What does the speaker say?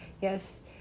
Yes